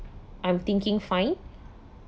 I'm thinking fine